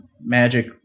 magic